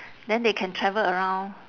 then they can travel around